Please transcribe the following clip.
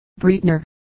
Breitner